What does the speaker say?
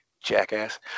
jackass